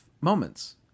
moments